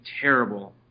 terrible